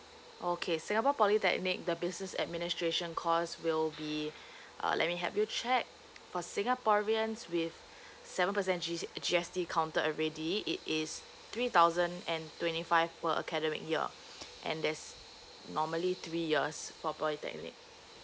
okay singapore polytechnic the business administration course will be uh let me help you check for singaporeans with seven percent G~ GST counted already it is three thousand and twenty five per academic year and there's normally three years for polytechnic